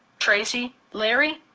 tracy, larry,